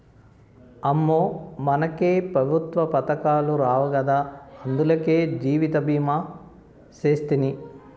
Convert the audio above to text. అమ్మో, మనకే పెఋత్వ పదకాలు రావు గదా, అందులకే జీవితభీమా సేస్తిని